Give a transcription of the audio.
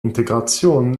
integration